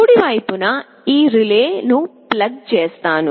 కుడి వైపున నేను ఈ రిలే ను ప్లగ్ చేస్తాను